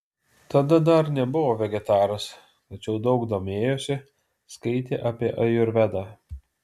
tada dar nebuvo vegetaras tačiau daug domėjosi skaitė apie ajurvedą